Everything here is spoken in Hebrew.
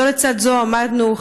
זו לצד זו עמדנו,